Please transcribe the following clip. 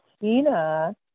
Tina